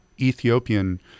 Ethiopian